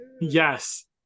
Yes